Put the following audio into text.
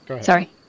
Sorry